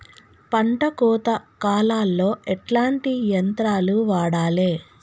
పంట కోత కాలాల్లో ఎట్లాంటి యంత్రాలు వాడాలే?